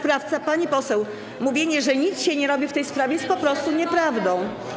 Pani poseł, mówienie, że nic się nie robi w tej sprawie, jest po prostu nieprawdą.